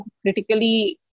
critically